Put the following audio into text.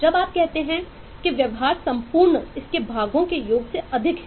जब आप कहते हैं कि व्यवहार संपूर्ण इसके भागों के योग से अधिक है